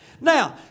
Now